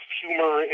humor